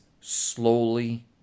slowly